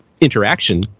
interaction